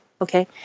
Okay